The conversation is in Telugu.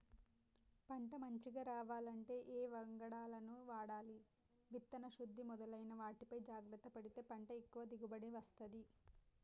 పంట మంచిగ రావాలంటే ఏ వంగడాలను వాడాలి విత్తన శుద్ధి మొదలైన వాటిపై జాగ్రత్త పడితే పంట ఎక్కువ దిగుబడి వస్తది